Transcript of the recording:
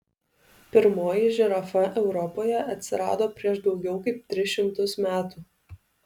pirmoji žirafa europoje atsirado prieš daugiau kaip tris šimtus metų